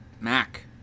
Mac